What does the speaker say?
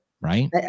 right